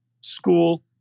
school